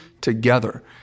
together